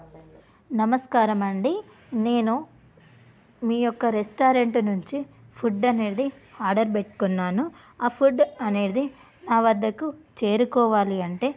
నమస్కారం అండి నేను మీ యొక్క రెస్టారెంట్ నుంచి ఫుడ్ అనేది ఆర్డర్ పెట్టుకున్నాను ఆ ఫుడ్ అనేది నా వద్దకు చేరుకోవాలి అంటే